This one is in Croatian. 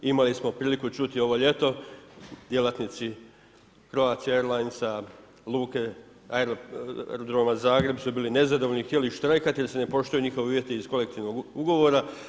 Imali smo priliku čuti ovo ljeto djelatnici Croatia Airlines, luke, aerodroma Zagreb su bili nezadovoljni i htjeli štrajkati da se ne poštuju njihovi uvjeti iz kolektivnog ugovora.